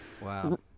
Wow